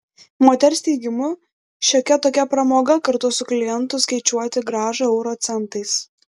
moters teigimu šiokia tokia pramoga kartu su klientu skaičiuoti grąžą euro centais